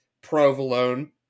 provolone